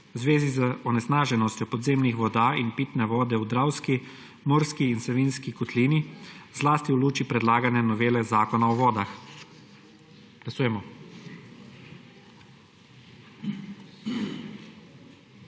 v zvezi z onesnaženostjo podzemnih voda in pitne vode v Dravski, Murski in Savinjski kotlini, zlasti v luči predlagane novele Zakona o vodah. Glasujemo.